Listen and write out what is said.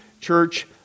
church